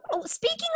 Speaking